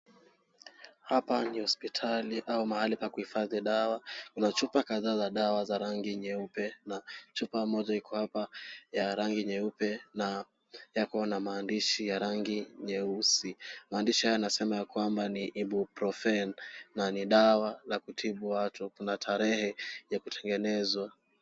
Hapa ni hospitali au mahali pa kuhifadhi dawa. Kuna chupa kadhaa za dawa za rangi nyeupe na chupa moja iko hapa ya rangi nyeupe na yako na maandishi ya rangi nyeusi. Maandishi haya yanasema kwamba ni Ebuprophen na ni dawa za kutibu watu. Kuna tarehe ya kutengenezwa.